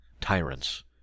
tyrants